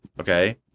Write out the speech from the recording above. okay